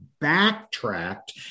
backtracked